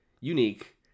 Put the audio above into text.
unique